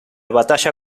batalla